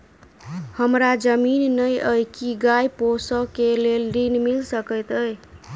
हमरा जमीन नै अई की गाय पोसअ केँ लेल ऋण मिल सकैत अई?